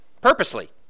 Purposely